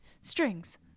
Strings